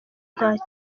ntakindi